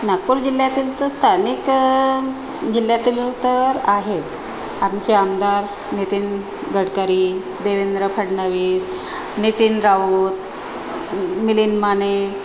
नागपूर जिल्ह्यातील तर स्थानिक जिल्ह्यातील तर आहेत आमचे आमदार नितीन गडकरी देवेंद्र फडणवीस नितीन राऊत मिलिंद माने